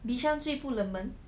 bishan 最不冷门